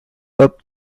hop